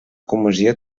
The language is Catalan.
comissió